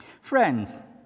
Friends